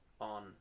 on